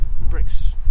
Brick's